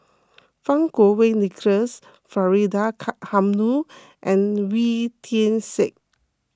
Fang Kuo Wei Nicholas Faridah ka Hanum and Wee Tian Siak